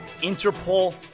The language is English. Interpol